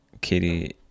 Katie